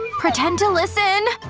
pretend to listen.